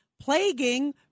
plaguing